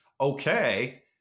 Okay